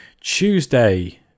Tuesday